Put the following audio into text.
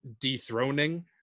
dethroning